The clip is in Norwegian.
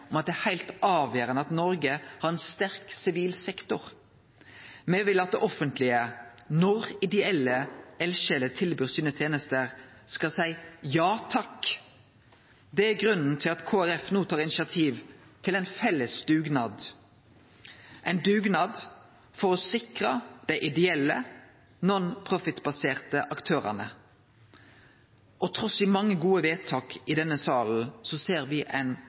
om at det er heilt avgjerande at Noreg har ein sterk sivil sektor. Me vil at det offentlege, når ideelle eldsjeler tilbyr sine tenester, skal seie: Ja takk! Det er grunnen til at Kristeleg Folkeparti no tar initiativ til ein felles dugnad – ein dugnad for å sikre dei ideelle, non-profittbaserte aktørane. Trass i mange gode vedtak i denne salen ser me ein